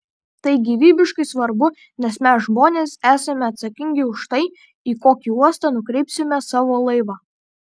tai gyvybiškai svarbu nes mes žmonės esame atsakingi už tai į kokį uostą nukreipsime savo laivą